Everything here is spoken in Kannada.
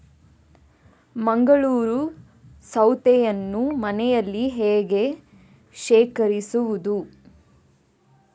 ಮಂಗಳೂರು ಸೌತೆಯನ್ನು ಮನೆಯಲ್ಲಿ ಹೇಗೆ ಶೇಖರಿಸುವುದು?